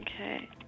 Okay